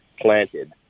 planted